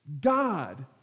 God